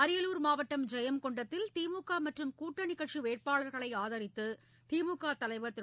அரியலூர் மாவட்டம் ஜெயங்கொண்டத்தில் திமுக மற்றும் கூட்டணிக்கட்சி வேட்பாளர்களை ஆதரித்து திமுக தலைவர் திரு